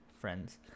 friends